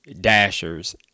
dashers